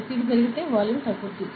ఒత్తిడి పెరిగితే వాల్యూమ్ తగ్గుతుంది